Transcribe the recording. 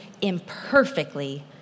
imperfectly